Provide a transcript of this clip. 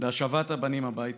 להשבת הבנים הביתה.